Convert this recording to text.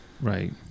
Right